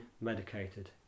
medicated